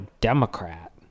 Democrat